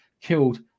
killed